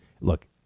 Look